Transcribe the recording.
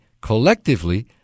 collectively